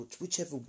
whichever